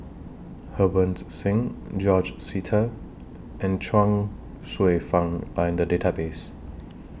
Harbans Singh George Sita and Chuang Hsueh Fang Are in The Database